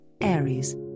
Aries